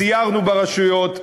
סיירנו ברשויות,